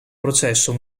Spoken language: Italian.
processo